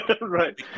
Right